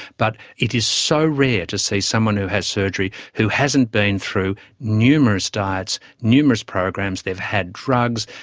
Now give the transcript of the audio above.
but it is so rare to see someone who has surgery who hasn't been through numerous diets, numerous programs, they've had drugs,